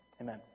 Amen